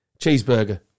Cheeseburger